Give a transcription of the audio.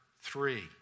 three